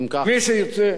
מי שירצה,